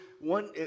one